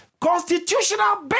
constitutional